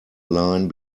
line